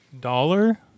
Dollar